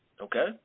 Okay